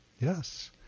yes